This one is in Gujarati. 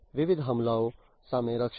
વિવિધ હુમલાઓ સામે રક્ષણ